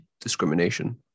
discrimination